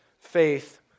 faith